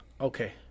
okay